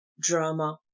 drama